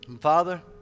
Father